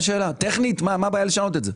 טכנית מה הבעיה לשנות את זה?